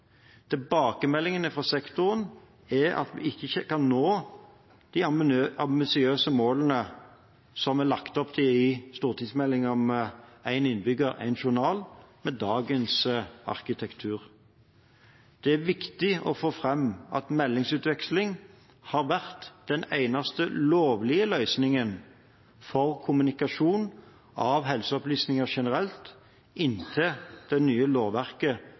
Tilbakemeldingene fra sektoren er at vi ikke kan nå de ambisiøse målene om én innbygger – én journal, som det er lagt opp til i stortingsmeldingen, med dagens arkitektur. Det er viktig å få fram at meldingsutveksling har vært den eneste lovlige løsningen for kommunikasjon av helseopplysninger generelt inntil det nye lovverket